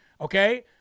okay